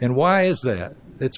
and why is that it's